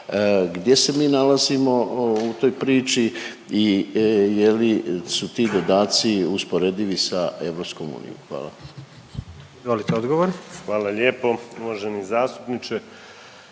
gdje se mi nalazimo u toj priči i je li su ti dodaci usporedivi sa EU. Hvala. **Jandroković, Gordan (HDZ)**